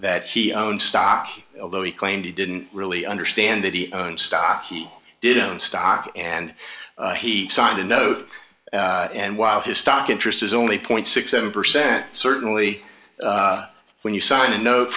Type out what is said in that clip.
that he owns stock although he claimed he didn't really understand that he owns stock he didn't own stock and he signed a note and while his stock interest is only point six seven percent certainly when you sign a note